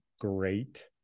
great